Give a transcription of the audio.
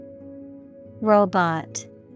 Robot